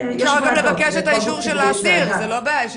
צריך לבקש את רשותו של האסיר להעברת